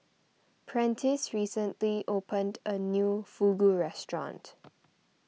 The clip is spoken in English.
Prentiss recently opened a new Fugu restaurant